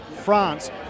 France